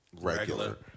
regular